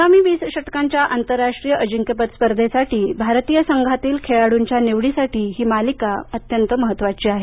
आगामी वीस षटकांच्या आंतरराष्ट्रीय अजिंक्यपद स्पर्धेसाठी भारतीय संघातील खेळाडूंच्या निवडीसाठी ही मालिका महत्त्वाची आहे